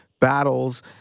battles